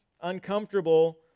uncomfortable